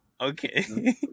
okay